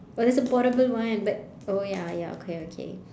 oh there's a portable one but oh ya ya okay okay